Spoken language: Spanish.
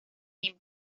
lima